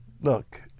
Look